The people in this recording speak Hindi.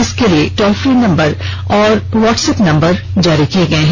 इसके लिए टॉल फ्री नंबर और व्हाट्सएप नंबर जारी किया है